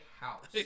house